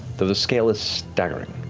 the the scale is staggering.